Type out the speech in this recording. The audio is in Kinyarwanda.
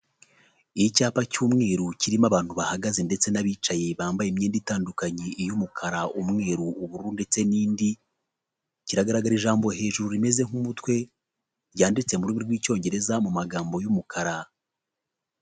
Icyapa cy'umweru kirimo abantu bahagaze ndetse n'abicaye, bambaye imyenda itandukanye, iy'umukara, umweru, ubururu ndetse n'indi, kiragaragara ijambo hejuru rimeze nk'umutwe, ryanditse mu rurimi rw'icyongereza mu magambo y'umukara.